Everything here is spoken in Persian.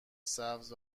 سبز